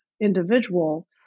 individual